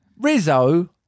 rizzo